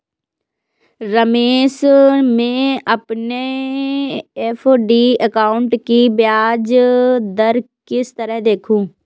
रमेश मैं अपने FD account की ब्याज दर किस तरह देखूं?